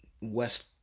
West